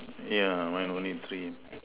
yeah mine only three